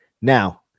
now